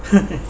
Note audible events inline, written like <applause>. <laughs>